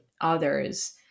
others